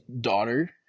daughter